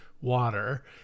water